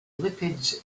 lipids